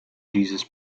jesus